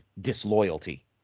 disloyalty